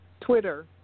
Twitter